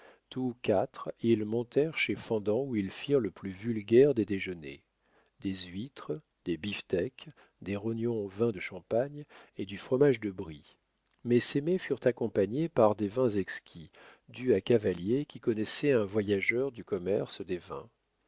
tous quatre ils montèrent chez fendant où ils firent le plus vulgaire des déjeuners des huîtres des beefteaks des rognons au vin de champagne et du fromage de brie mais ces mets furent accompagnés par des vins exquis dus à cavalier qui connaissait un voyageur du commerce des vins